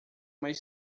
mais